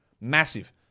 Massive